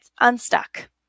unstuck